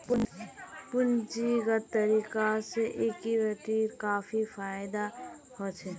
पूंजीगत तरीका से इक्विटीर काफी फायेदा होछे